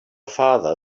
father